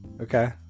Okay